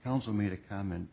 council made a comment